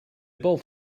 both